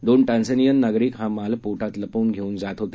दोन टांझानियन नागरिक हा माल पोटात लपवून घेऊन जात होते